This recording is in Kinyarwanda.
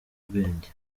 ubwenge